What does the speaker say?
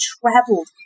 traveled